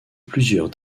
plusieurs